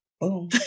boom